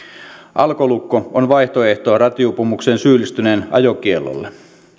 alkolukko on vaihtoehto rattijuopumukseen syyllistyneen ajokiellolle